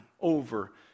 over